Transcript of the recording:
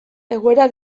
egoera